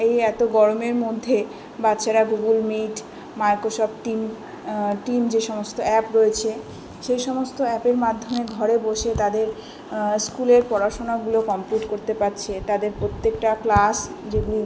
এই এতো গরমের মধ্যে বাচ্চারা Google Meet Microsoft team team যেসমস্ত অ্যাপ রয়েছে সেই সমস্ত অ্যাপের মাধ্যমে ঘরে বসে তাদের স্কুলের পড়াশোনাগুলো কমপ্লিট করতে পারছে তাদের প্রত্যেকটা ক্লাস যেগুলি